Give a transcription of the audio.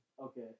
Okay